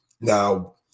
Now